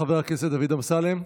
חבר הכנסת דוד אמסלם,